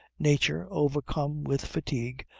nature, overcome with fatigue,